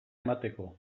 emateko